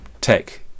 tech